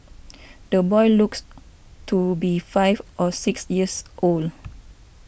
the boy looks to be five or six years old